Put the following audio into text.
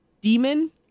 demon